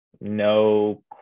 No